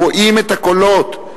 והם רואים את הקולות.